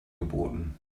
geboten